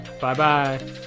Bye-bye